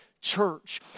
church